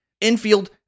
infield